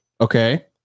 Okay